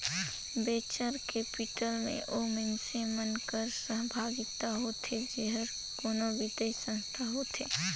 venture capital में ओ मइनसे मन कर सहभागिता होथे जेहर कोनो बित्तीय संस्था होथे